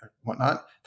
whatnot